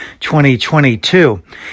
2022